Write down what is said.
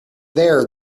there